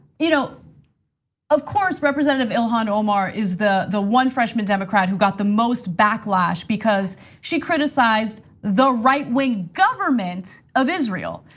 you know of course representative ilhan omar is the the one freshman democrat who got the most backlash because she criticized the right wing government of israel.